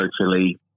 socially